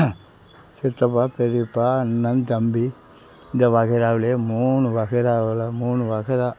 சித்தப்பா பெரியப்பா அண்ணன் தம்பி இந்த வகைறாவிலேயே மூணு வகைறாவில் மூணு வகையறா